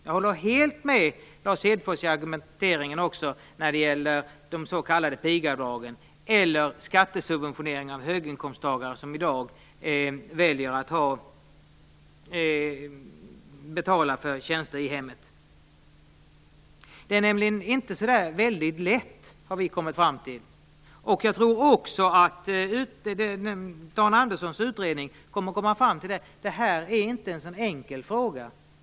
Jag håller helt med Lars Hedfors i argumenteringen också när det gäller de s.k. pigavdragen eller skattesubventionering av höginkomsttagare som i dag väljer att betala för tjänster i hemmet. Vi har kommit fram till att det inte är så väldigt lätt. Jag tror också att Dan Anderssons utredning kommer att komma fram till att detta inte är en enkel fråga.